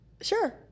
Sure